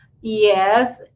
yes